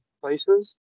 places